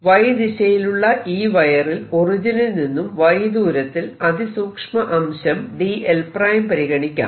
Y ദിശയിലുള്ള ഈ വയറിൽ ഒറിജിനിൽ നിന്നും y ദൂരത്തിൽ അതി സൂക്ഷ്മ അംശം dl′ പരിഗണിക്കാം